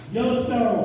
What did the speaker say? Yellowstone